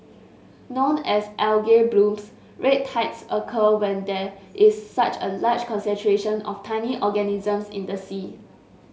known as algae blooms red tides occur when there is such a large concentration of tiny organisms in the sea